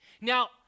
Now